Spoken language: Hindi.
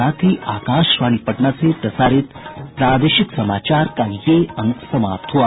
इसके साथ ही आकाशवाणी पटना से प्रसारित प्रादेशिक समाचार का ये अंक समाप्त हुआ